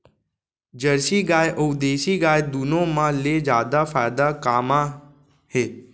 Jersey गाय अऊ देसी गाय दूनो मा ले जादा फायदा का मा हे?